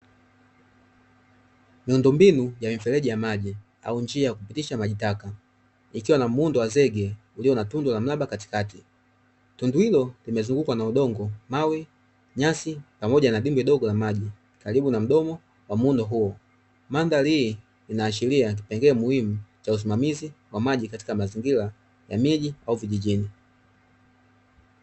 Miundombinu ya mifereji ya maji au njia ya kupitisha majitaka ikiwa na muundo wa zege ulio na tundu la mraba katikati, tundu hilo limezungukwa na udongo, mawe, nyasi pamoja na dimbwi dogo la maji karibu na mdomo wa muundo huo. Mandhari hii inaashiria kipengele muhimu cha usimamizi wa maji katika mazingira ya miji au vijijini.